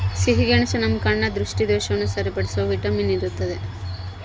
ಸಿಹಿಗೆಣಸು ನಮ್ಮ ಕಣ್ಣ ದೃಷ್ಟಿದೋಷವನ್ನು ಸರಿಪಡಿಸುವ ವಿಟಮಿನ್ ಇರ್ತಾದ